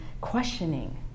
questioning